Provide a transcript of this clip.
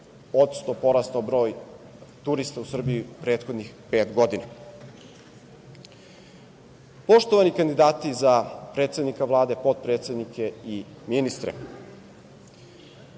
56% porastao broj turista u Srbiji prethodnih pet godina. Poštovani kandidati za predsednika Vlade, potpredsednike i ministre,